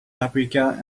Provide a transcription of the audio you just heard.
paprika